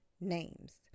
names